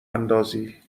اندازی